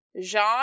Jean